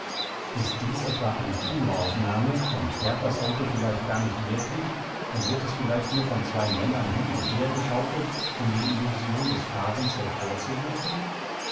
ist dies etwa eine kinoaufnahme und fährt das auto vielleicht gar nicht wirklich und wird es vielleicht nur von zwei männern hin und her geschaukelt um die illusion des fahrens hervorzurufen